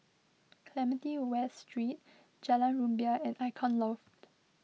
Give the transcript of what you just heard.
Clementi West Street Jalan Rumbia and Icon Loft